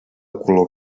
color